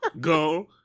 go